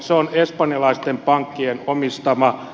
se on espanjalaisten pankkien omistama fgd